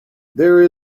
there